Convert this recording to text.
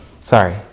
sorry